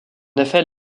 effet